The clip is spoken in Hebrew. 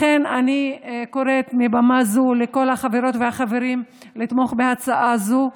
לכן אני קוראת מבמה זו לכל החברות והחברים לתמוך בהצעה זו,